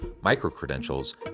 micro-credentials